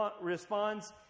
responds